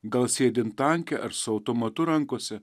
gal sėdint tanke ar su automatu rankose